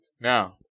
Now